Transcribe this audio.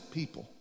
people